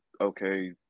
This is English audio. okay